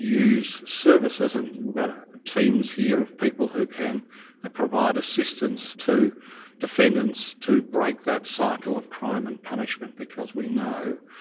use services, and we've got our ah teams here of people who can provide assistance to defendants to break that cycle of crime and punishment, because we know,